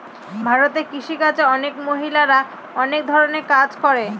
ভারতে কৃষি কাজে অনেক মহিলারা অনেক ধরনের কাজ করে